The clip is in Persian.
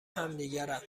همدیگرند